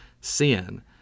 sin